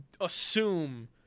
assume